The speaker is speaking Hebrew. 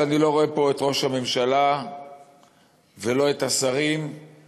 אני לא רואה פה את ראש הממשלה ולא את השרים לדעתי,